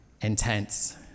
intense